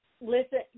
Listen